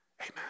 Amen